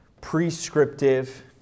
prescriptive